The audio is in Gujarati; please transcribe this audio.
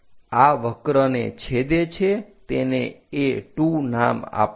આ વક્રને છેદે છે તેને A2 નામ આપો